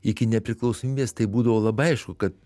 iki nepriklausomybės tai būdavo labai aišku kad